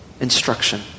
instruction